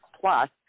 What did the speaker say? plus